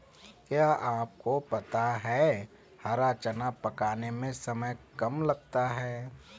क्या आपको पता है हरा चना पकाने में समय कम लगता है?